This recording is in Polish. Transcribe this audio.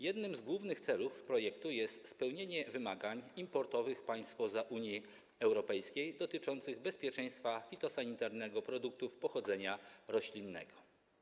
Jednym z głównych celów projektowanej ustawy jest spełnienie wymagań importowych państw spoza Unii Europejskiej dotyczących bezpieczeństwa fitosanitarnego produktów pochodzenia roślinnego.